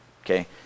Okay